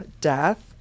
death